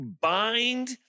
bind